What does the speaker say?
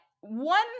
one